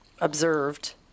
observed